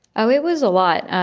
oh, it was a lot